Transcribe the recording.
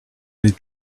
with